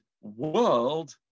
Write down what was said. world